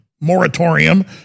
moratorium